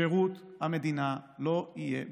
שירות המדינה לא יהיה בהפרדה.